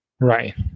right